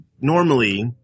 normally